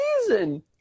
season